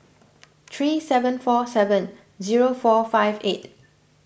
three seven four seven zero four five eight